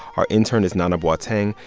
our intern is nana boateng.